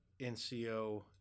NCO